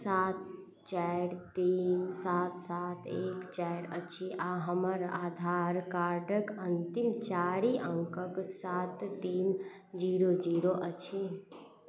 सात चारि तीन सात सात एक चारि अछि आ हमर आधार कार्डक अन्तिम चारि अङ्कक सात तीन जीरो जीरो अछि